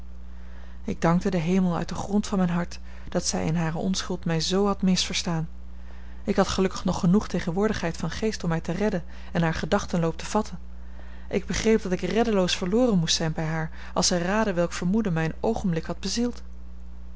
ik dankte den hemel uit den grond van mijn hart dat zij in hare onschuld mij z had misverstaan ik had gelukkig nog genoeg tegenwoordigheid van geest om mij te redden en haar gedachtenloop te vatten ik begreep dat ik reddeloos verloren moest zijn bij haar als zij raadde welk vermoeden mij een oogenblik had bezield